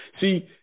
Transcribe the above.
See